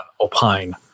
opine